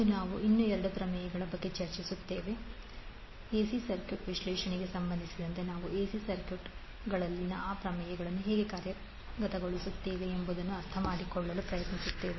ಇಂದು ನಾವು ಇನ್ನೂ ಎರಡು ಪ್ರಮೇಯಗಳ ಬಗ್ಗೆ ಚರ್ಚಿಸುತ್ತೇವೆ ಎಸಿ ಸರ್ಕ್ಯೂಟ್ ವಿಶ್ಲೇಷಣೆಗೆ ಸಂಬಂಧಿಸಿದಂತೆ ನಾವು ಎಸಿ ಸರ್ಕ್ಯೂಟ್ಗಳಲ್ಲಿ ಆ ಪ್ರಮೇಯಗಳನ್ನು ಹೇಗೆ ಕಾರ್ಯಗತಗೊಳಿಸುತ್ತೇವೆ ಎಂಬುದನ್ನು ಅರ್ಥಮಾಡಿಕೊಳ್ಳಲು ಪ್ರಯತ್ನಿಸುತ್ತೇವೆ